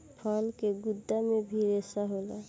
फल के गुद्दा मे भी रेसा होला